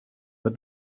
but